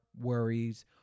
worries